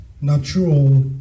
natural